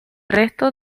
resto